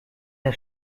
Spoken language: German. der